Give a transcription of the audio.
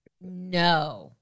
no